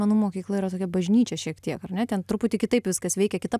menų mokykla yra tokia bažnyčia šiek tiek ar ne ten truputį kitaip viskas veikia kita